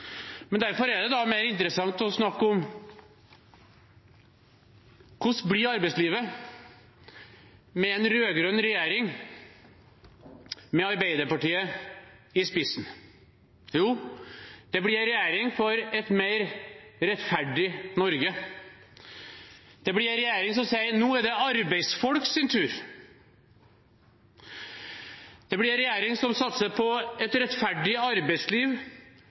Derfor er det mer interessant å snakke om hvordan arbeidslivet blir med en rød-grønn regjering, med Arbeiderpartiet i spissen. Jo, det blir en regjering for et mer rettferdig Norge. Det blir en regjering som sier: Nå er det arbeidsfolks tur. Det blir en regjering som satser på et rettferdig arbeidsliv,